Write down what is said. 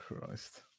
Christ